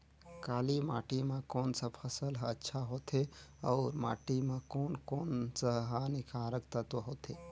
काली माटी मां कोन सा फसल ह अच्छा होथे अउर माटी म कोन कोन स हानिकारक तत्व होथे?